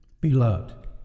Beloved